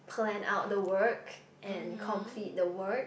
plan out the work and complete the work